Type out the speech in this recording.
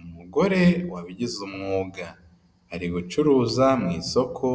Umugore wabigize umwuga. Ari gucuruza mu isoko,